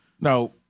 Now